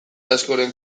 askoren